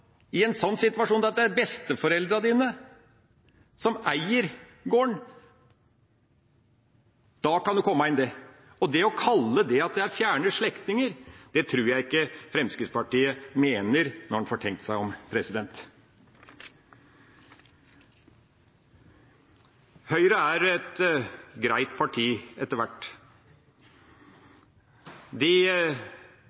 i en sånn situasjon at det er besteforeldrene dine som eier gården – da kan du komme inn. Å kalle det fjerne slektninger tror jeg ikke Fremskrittspartiet mener når de får tenkt seg om. Høyre er et greit parti etter hvert.